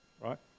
right